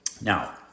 Now